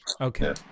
Okay